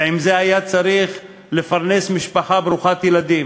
ועם זה היה צריך לפרנס משפחה ברוכת ילדים.